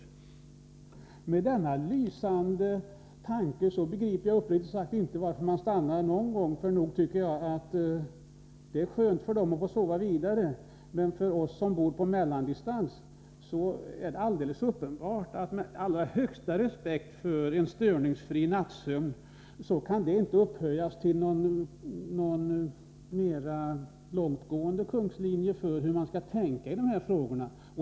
Med hänsyn till denna lysande motivering begriper jag uppriktigt sagt inte varför man stannar någon gång! Nog förstår jag att det är skönt för dem som lagt sig att få sova vidare, men för oss som bor på mellandistans är det alldeles uppenbart att detta inte — även om man hyser största respekt för en störningsfri nattsömn — kan upphöjas till en kungstanke på lång sikt i dessa frågor.